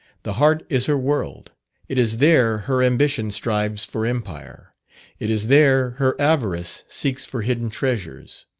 the heart is her world it is there her ambition strives for empire it is there her avarice seeks for hidden treasures.